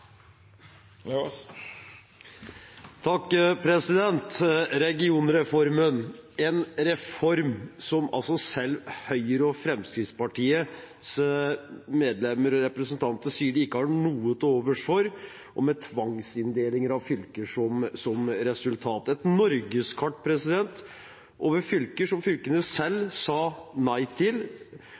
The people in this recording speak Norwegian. Regionreformen er en reform som selv Høyres og Fremskrittspartiets medlemmer og representanter sier de ikke har noe til overs for, og med tvangsinndelinger av fylker som resultat, et norgeskart over fylker som fylkene selv sa nei til,